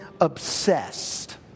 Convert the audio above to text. obsessed